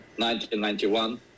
1991